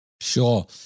Sure